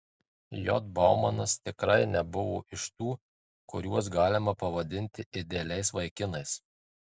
j baumanas tikrai nebuvo iš tų kuriuos galima pavadinti idealiais vaikinais